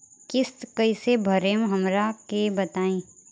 किस्त कइसे भरेम हमरा के बताई?